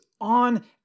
on